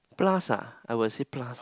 plus ah I would say plus